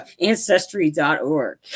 ancestry.org